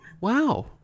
Wow